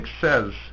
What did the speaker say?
says